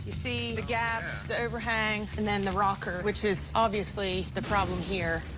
you see the gaps, the overhang and then the rocker, which is obviously the problem here.